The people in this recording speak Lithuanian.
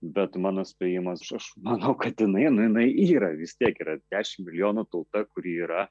bet mano spėjimas aš manau kad jinai nu jinai yra vis tiek yra dešimt milijonų tauta kuri yra